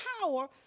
power